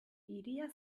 hiria